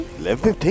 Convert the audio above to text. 11-15